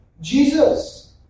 Jesus